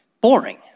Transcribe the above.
boring